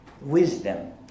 wisdom